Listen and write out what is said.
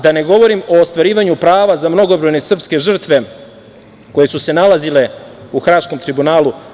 Da ne govorim o ostvarivanju prava za mnogobrojne srpske žrtve koje su se nalazile u Haškom tribunalu.